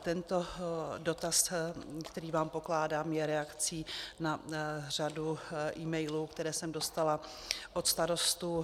Tento dotaz, který vám pokládám, je reakcí na řadu emailů, které jsem dostala od starostů.